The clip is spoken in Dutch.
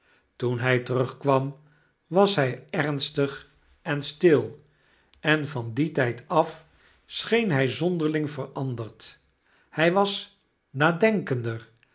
toen hi terugkwam was hij ernstig en stil en van dien tyd af scheen hy zonderling veranderd hy was nadenkender